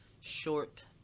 short